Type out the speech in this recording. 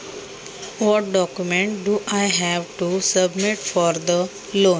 कर्जासाठी मला कुठली कागदपत्रे सादर करावी लागतील?